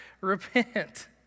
repent